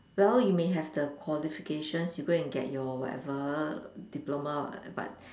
well you may have the qualifications you go and get your whatever diploma but